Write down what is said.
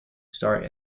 start